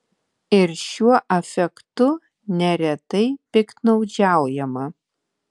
ir šiuo afektu neretai piktnaudžiaujama